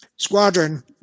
Squadron